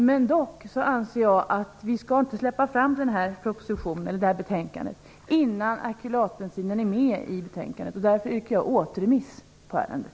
Jag anser dock att vi inte skall släppa fram betänkandet innan akrylatbensinen är med i betänkandet. Därför yrkar jag på återremiss för ärendet.